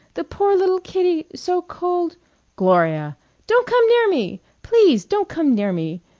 the poor little kitty. so cold gloria don't come near me! please, don't come near me.